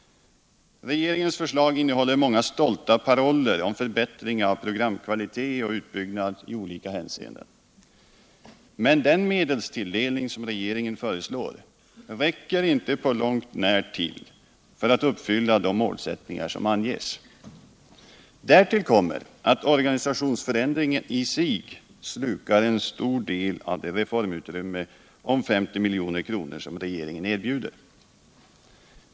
Regeringens förslag innehåller många stolta paroller om förbättring av programkvalitet och utbyggnad i olika hänseenden. Men den medelstilldelning som regeringen föreslår räcker inte på långt när till att uppfylla de målsättningar som anges. Därtill kommer att organisationsförändringen i sig slukar en stor del av det reformutrymme om 50 milj.kr. som regeringen erbjuder.